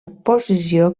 posició